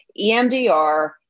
EMDR